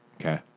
Okay